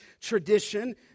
tradition